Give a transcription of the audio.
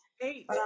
Eight